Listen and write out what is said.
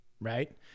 right